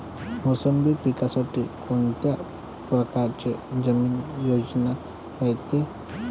मोसंबी पिकासाठी कोनत्या परकारची जमीन पायजेन रायते?